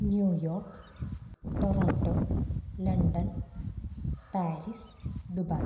New York Toronto London Paris Dubai